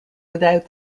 without